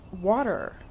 water